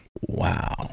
Wow